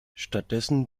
stattdessen